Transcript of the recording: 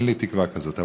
אין לי תקווה כזאת,